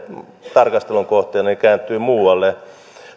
tarkastelun kohteena kääntyvät muualle